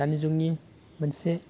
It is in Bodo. दानि जुगनि मोनसे